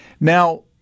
Now